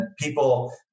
people